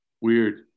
weird